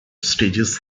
stages